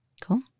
Cool